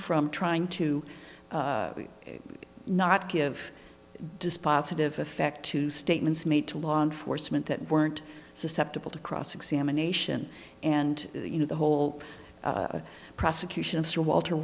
from trying to not give dispositive effect to statements made to law enforcement that weren't susceptible to cross examination and you know the whole prosecution of walter